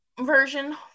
version